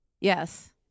yes